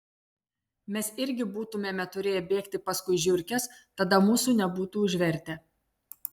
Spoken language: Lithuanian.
mes irgi būtumėme turėję bėgti paskui žiurkes tada mūsų nebūtų užvertę